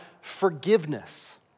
forgiveness